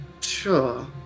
sure